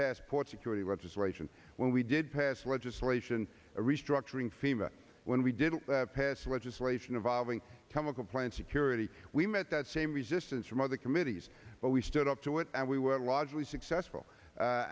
pass port security legislation when we did pass legislation restructuring fema when we didn't pass legislation involving chemical plant security we met that same resistance from other committees but we stood up to it and we were largely successful